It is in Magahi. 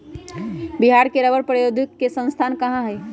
बिहार में रबड़ प्रौद्योगिकी के संस्थान कहाँ हई?